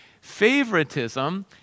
Favoritism